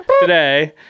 today